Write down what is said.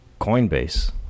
coinbase